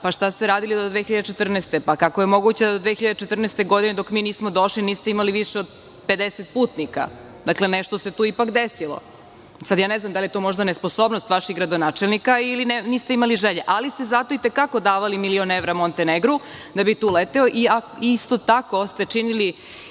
pa šta ste radili do 2014? Kako je moguće da do 2014. godine, dok mi nismo došli niste imali više od 50 putnika? Dakle, nešto se tu ipak desilo. Sada ja ne znam da li je to nesposobnost vašeg gradonačelnika ili niste imali želje, ali ste zato i te kako davali milion evra „Montenegru“ da bi tu leteo. Isto tako ste činili,